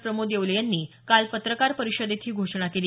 प्रमोद येवले यांनी काल पत्रकार परिषदेत ही घोषणा केली